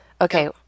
Okay